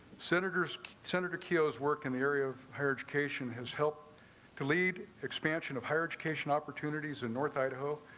senators senator kilo's work in the area of higher education has helped to lead expansion of higher education opportunities in north idaho